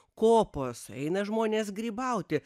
kopos eina žmonės grybauti